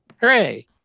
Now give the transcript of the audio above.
Hooray